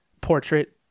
portrait